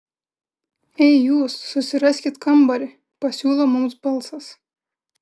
ei jūs susiraskit kambarį pasiūlo mums balsas